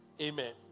Amen